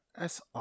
SR